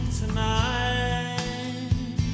tonight